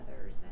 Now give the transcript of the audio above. others